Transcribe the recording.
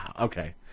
Okay